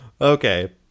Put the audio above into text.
Okay